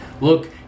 Look